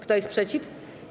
Kto jest przeciw?